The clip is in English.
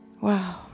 Wow